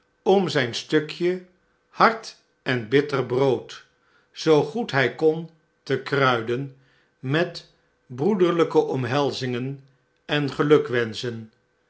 tijd gehadomzijn stukje hard en bitter brood zoo goed hij kon te kruiden met broederlijke omnelzingen en